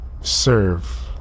serve